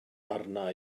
arna